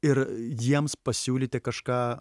ir jiems pasiūlyti kažką